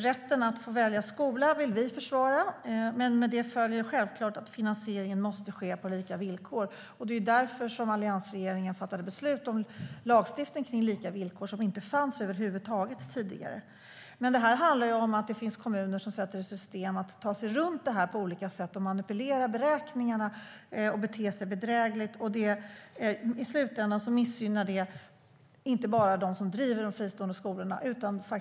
Rätten att få välja skola vill vi försvara, men med det följer självklart att finansieringen måste ske på lika villkor. Det var därför alliansregeringen fattade beslut om lagstiftning kring lika villkor - det fanns inte över huvud taget tidigare. Men det här handlar ju om att det finns kommuner som sätter i system att ta sig runt detta på olika sätt. De manipulerar beräkningarna och beter sig bedrägligt. I slutändan missgynnar det inte bara dem som driver fristående skolor.